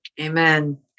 Amen